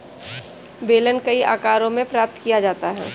बेलन कई आकारों में प्राप्त किया जाता है